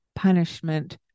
punishment